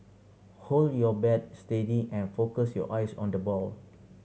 hold your bat steady and focus your eyes on the ball